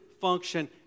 function